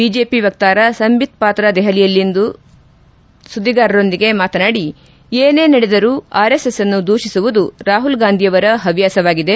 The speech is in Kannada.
ಬಿಜೆಪಿ ವಕ್ತಾರ ಸಂಬಿತ್ ಪಾತ್ರಾ ದೆಹಲಿಯಲ್ಲಿಂದು ಸುದ್ಗಾರರೊಂದಿಗೆ ಮಾತನಾಡಿ ಏನೇ ನಡೆದರೂ ಆರ್ಎಸ್ಎಸ್ ಅನ್ನು ದೂಷಿಸುವುದು ರಾಹುಲ್ ಗಾಂಧಿಯವರ ಹವ್ನಾಸವಾಗಿದೆ